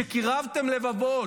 שקירבתם לבבות,